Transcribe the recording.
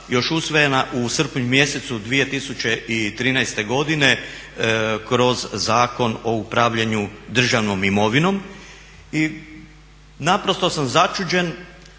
još usvojena u srpnju mjesecu 2013. godine kroz Zakon o upravljanju državnom imovinom. I naprosto sam začuđen